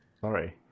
Sorry